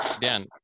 Dan